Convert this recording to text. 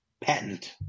patent